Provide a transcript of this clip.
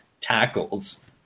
tackles